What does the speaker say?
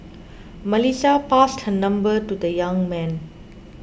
Melissa passed her number to the young man